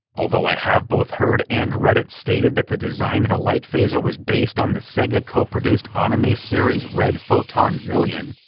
although i have both heard and read it stated that the design of the light phaser was based on the sega co-produced anime series red photon zillion,